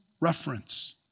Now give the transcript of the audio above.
reference